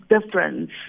difference